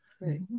right